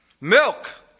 Milk